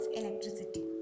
electricity